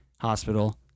Hospital